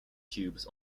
tubes